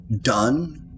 done